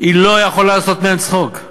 לא יכולה לעשות מהם צחוק.